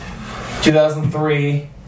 2003